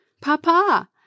Papa